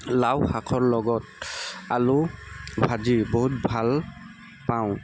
লাও শাকৰ লগত আলু ভাজি বহুত ভাল পাওঁ